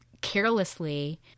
carelessly